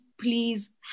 please